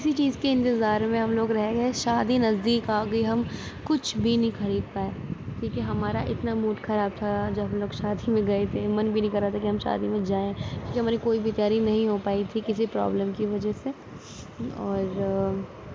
اسی چیز کے انتظار میں ہم لوگ رہ گئے شادی نزدیک آ گئی ہم کچھ بھی نہیں خرید پائے کیونکہ ہمارا اتنا موڈ خراب تھا جب ہم لوگ شادی میں گئے تھے من بھی نہیں کر رہا تھا کہ ہم شادی میں جائیں کیونکہ ہماری کوئی بھی تیاری نہیں ہو پائی تھی کسی پرابلم کی وجہ سے اور